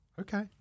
Okay